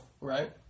right